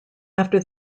after